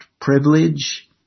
privilege